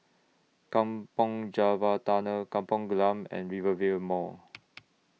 Kampong Java Tunnel Kampung Glam and Rivervale Mall